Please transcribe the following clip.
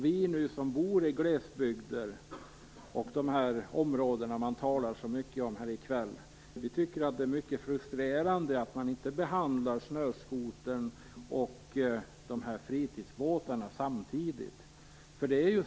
Vi som bor i glesbygden i de områden som det talas så mycket om här i kväll tycker att det är mycket frustrerande att man inte behandlar snöskotern och fritidsbåtarna samtidigt.